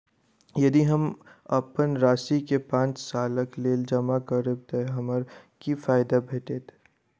यदि हम अप्पन राशि केँ पांच सालक लेल जमा करब तऽ हमरा की फायदा भेटत?